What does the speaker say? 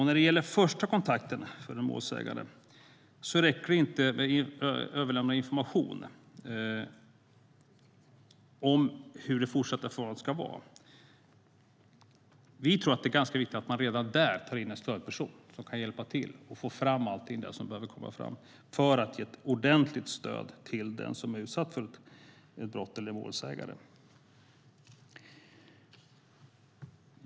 När det gäller den första kontakten för den målsägande räcker det inte med att överlämna information om hur det fortsatta förfarandet ska gå till, utan vi tror att det är ganska viktigt att man redan där tar in en stödperson som kan hjälpa till att få fram allting som behöver komma fram. Det handlar om att ge ett ordentligt stöd till den som blivit utsatt för brott eller är målsägande.